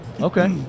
Okay